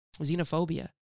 xenophobia